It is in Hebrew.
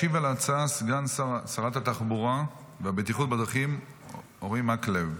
ישיב על ההצעה סגן שרת התחבורה והבטיחות בדרכים אורי מקלב,